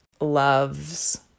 loves